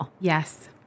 Yes